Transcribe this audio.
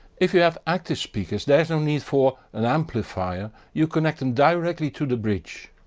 if you have active speakers there is no need for an amplifier, you connect them directly to the bridge.